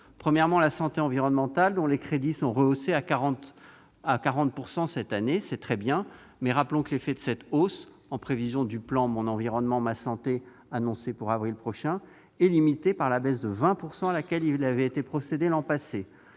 concerne la santé environnementale, dont les crédits sont rehaussés à hauteur de 40 % cette année. C'est très bien ! Rappelons toutefois que l'effet de cette hausse, en prévision du plan « Mon environnement, ma santé » annoncé pour avril prochain, est limité par la baisse de 20 % à laquelle il avait été procédé l'an passé.